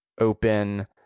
open